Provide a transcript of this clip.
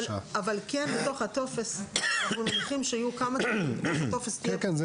אבל בתוך הטופס אנחנו מניחים שיהיו כמה --- מכמה תחומים -- כן,